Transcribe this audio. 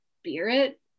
spirit